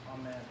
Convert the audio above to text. Amen